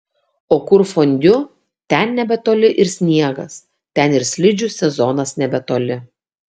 o kur fondiu ten nebetoli ir sniegas ten ir slidžių sezonas nebetoli